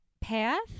path